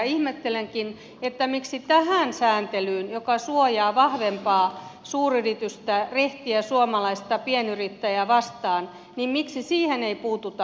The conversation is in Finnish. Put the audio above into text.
ihmettelenkin miksi tähän sääntelyyn joka suojaa vahvempaa suuryritystä rehtiä suomalaista pienyrittäjää vastaan ei puututa